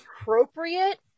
appropriate